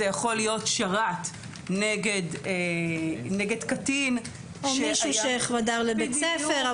זה יכול להיות שרת נגד קטין שהיה --- או מישהו שחדר לבית הספר.